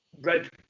red